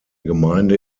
gemeinde